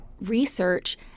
research